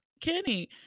Kenny